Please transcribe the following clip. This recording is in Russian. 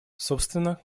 собственно